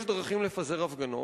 יש דרכים לפזר הפגנות,